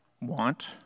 want